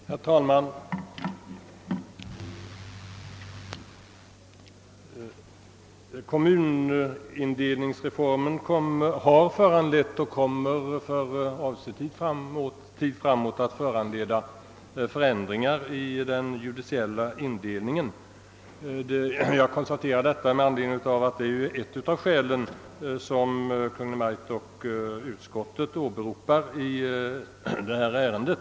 Herr talman! Kommunindelningsreformen har föranlett och kommer även för avsevärd tid framåt att tid efter annan föranleda förändringar i den judiciella indelningen. Jag konstaterar detta med anledning av att det är ett av de skäl som Kungl. Maj:t och utskottet åberopar i detta ärende.